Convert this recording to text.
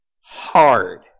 Hard